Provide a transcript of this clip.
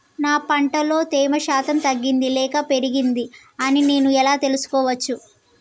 నా పంట లో తేమ శాతం తగ్గింది లేక పెరిగింది అని నేను ఎలా తెలుసుకోవచ్చు?